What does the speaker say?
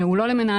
הוא לא למנהלים.